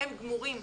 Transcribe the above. הם גמורים.